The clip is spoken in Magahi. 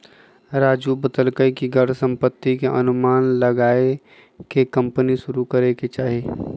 राजू बतलकई कि घर संपत्ति के अनुमान लगाईये के कम्पनी शुरू करे के चाहि